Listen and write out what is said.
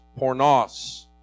pornos